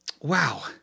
Wow